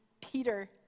Peter